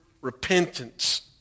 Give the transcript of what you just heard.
repentance